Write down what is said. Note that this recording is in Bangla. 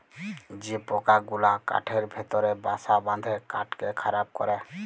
যে পকা গুলা কাঠের ভিতরে বাসা বাঁধে কাঠকে খারাপ ক্যরে